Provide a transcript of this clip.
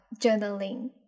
journaling